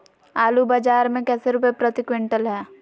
आलू बाजार मे कैसे रुपए प्रति क्विंटल है?